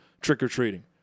trick-or-treating